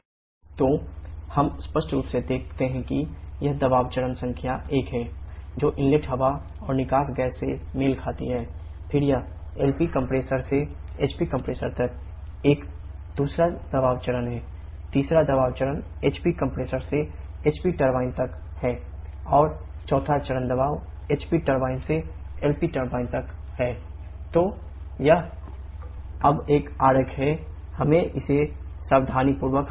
तो यह अब एक आरेख है हमें इसे सावधानीपूर्वक हल करना होगा